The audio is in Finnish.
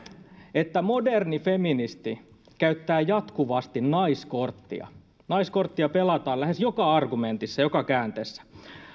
että moderni feministi käyttää jatkuvasti naiskorttia naiskorttia pelataan lähes joka argumentissa joka käänteessä